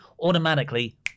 automatically